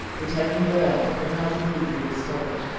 which had been burned, could not, indeed, be restored